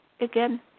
again